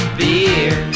beer